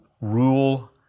rule